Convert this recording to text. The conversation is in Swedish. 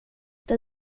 det